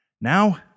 Now